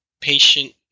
patient